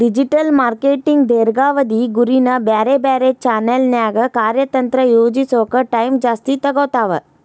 digital marketing ದೇರ್ಘಾವಧಿ ಗುರಿನ ಬ್ಯಾರೆ ಬ್ಯಾರೆ ಚಾನೆಲ್ನ್ಯಾಗ ಕಾರ್ಯತಂತ್ರ ಯೋಜಿಸೋಕ ಟೈಮ್ ಜಾಸ್ತಿ ತೊಗೊತಾವ